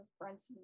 friends